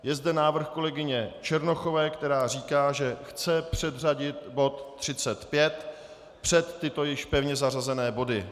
Je zde návrh kolegyně Černochové, která říká, že chce předřadit bod 35 před tyto již pevně zařazené body.